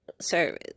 service